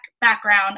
background